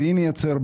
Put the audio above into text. ואם ייצר,